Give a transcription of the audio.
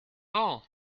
all